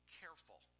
careful